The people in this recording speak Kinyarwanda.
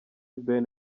ben